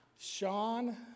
Sean